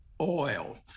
oil